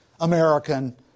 American